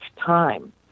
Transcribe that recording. time